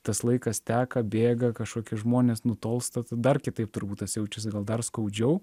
tas laikas teka bėga kažkokie žmonės nutolsta dar kitaip turbūt tas jaučiasi gal dar skaudžiau